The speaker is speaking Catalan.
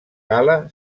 gala